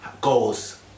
goals